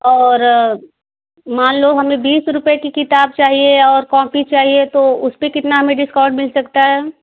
और मान लो हमें बीस रुपये की किताब चाहिए और कॉपी चाहिए तो उस पर कितना हमें डिस्काउंट मिल सकता है